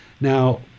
Now